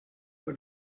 for